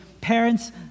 parents